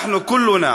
אנחנו כולנו